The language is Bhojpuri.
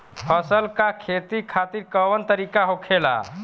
फसल का खेती खातिर कवन तरीका होखेला?